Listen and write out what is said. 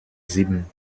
sieben